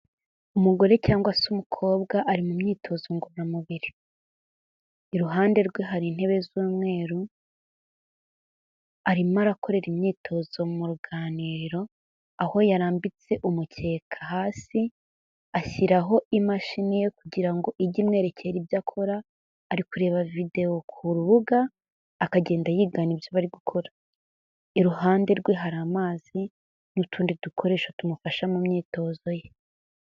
Umugore cyangwa se umukobwa ari mu myitozo ngororamubiri, iruhande rwe hari intebe z'umweru, arimo arakorera imyitozo mu ruganiriro aho yarambitse umukeka hasi ashyiraho imashini ye kugira ngo ijye imwerekera ibyo akora, ari kureba videwo ku rubuga akagenda yigana ibyo bari gukora, iruhande rwe hari amazi n'utundi dukoresho tumufasha mu myitozo ye.